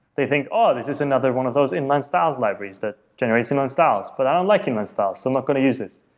they think, oh, this is another one of those inline styles libraries that generates inline styles. but i don't like inline styles, so i'm not going to use this.